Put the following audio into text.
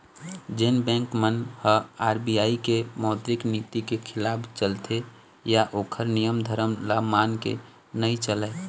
जेन बेंक मन ह आर.बी.आई के मौद्रिक नीति के खिलाफ चलथे या ओखर नियम धरम ल मान के नइ चलय